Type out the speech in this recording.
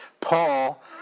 Paul